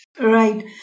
Right